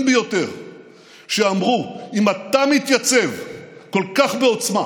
ביותר שאמרו: אם אתה מתייצב כל כך בעוצמה